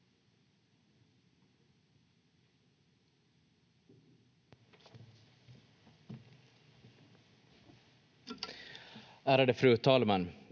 Ärade fru talman!